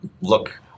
look